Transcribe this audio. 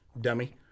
dummy